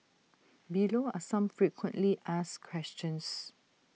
below are some frequently asked questions